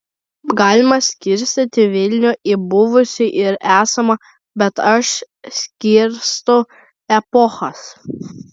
galima skirstyti vilnių į buvusį ir esamą bet aš skirstau epochas